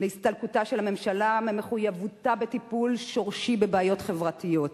להסתלקותה של הממשלה ממחויבותה לטיפול שורשי בבעיות חברתיות.